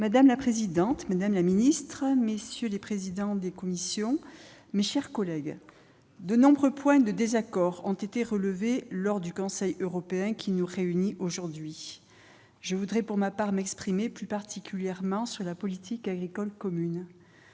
Madame la présidente, madame la secrétaire d'État, messieurs les présidents de commission, mes chers collègues, de nombreux points de désaccord ont été relevés lors du Conseil européen qui nous réunit aujourd'hui. Je souhaite pour ma part m'exprimer plus particulièrement sur la politique agricole commune.